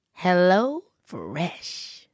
HelloFresh